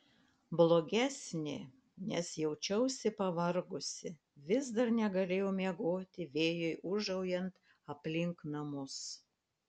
blogesnė nes jaučiausi pavargusi vis dar negalėjau miegoti vėjui ūžaujant aplink namus